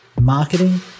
marketing